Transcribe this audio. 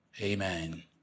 Amen